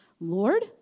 Lord